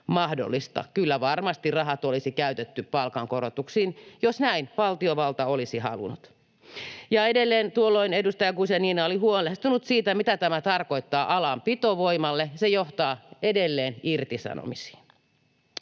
mahdollista. Kyllä varmasti rahat olisi käytetty palkankorotuksiin, jos näin valtiovalta olisi halunnut. Ja edelleen tuolloin edustaja Guzenina oli huolestunut siitä, mitä tämä tarkoittaa alan pitovoimalle: se johtaa edelleen irtisanomisiin.